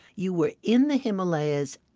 you were in the himalayas,